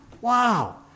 wow